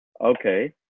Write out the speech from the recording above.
Okay